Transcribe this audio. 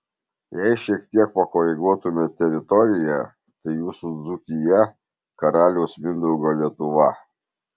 jei šiek tiek pakoreguotume teritoriją tai jūsų dzūkija karaliaus mindaugo lietuva